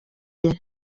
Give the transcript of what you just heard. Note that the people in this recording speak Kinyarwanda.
umujyi